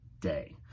day